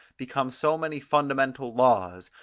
become so many fundamental laws,